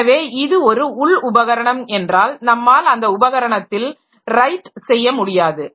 எனவே இது ஒரு உள் உபகரணம் என்றால் நம்மால் அந்த உபகரணத்தில் ரைட் செய்ய முடியாது